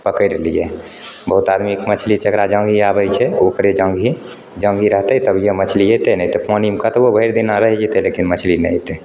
पकड़ि लिए बहुत आदमीके मछली छै जेकरा जाँघी आबैत छै ओकरे जाँघी जाँघी रहतै तभिए मछली एतै नहि तऽ पानिमे कतबो भरि दिन्ना रहि जेतै लेकिन मछली नहि एतै